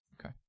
Okay